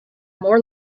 more